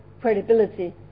credibility